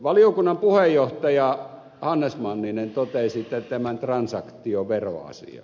valiokunnan puheenjohtaja hannes manninen totesitte tämän transaktioveroasian